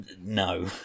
no